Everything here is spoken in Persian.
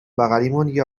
بغلیمون، یه